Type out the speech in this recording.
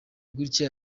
gutya